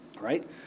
Right